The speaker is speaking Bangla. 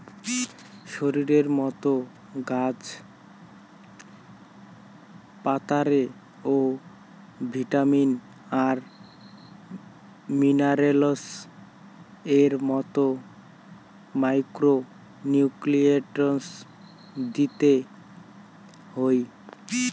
শরীরের মতো গাছ পাতারে ও ভিটামিন আর মিনারেলস এর মতো মাইক্রো নিউট্রিয়েন্টস দিতে হই